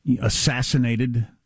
assassinated